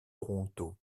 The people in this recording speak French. toronto